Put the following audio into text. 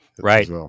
Right